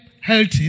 healthy